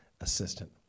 assistant